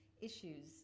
issues